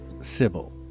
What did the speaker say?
Sybil